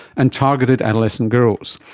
and targeted adolescent girls.